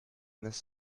this